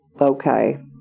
okay